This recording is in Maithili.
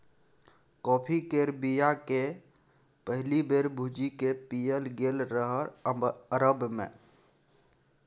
कॉफी केर बीया केँ पहिल बेर भुजि कए पीएल गेल रहय अरब मे